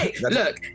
look